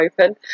open